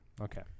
Okay